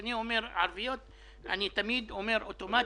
כשאני אומר "ערביות" אני תמיד אומר אוטומטית: